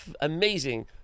amazing